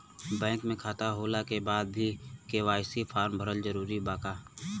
Bank में खाता होला के बाद भी के.वाइ.सी फार्म भरल जरूरी बा का?